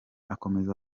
akomeza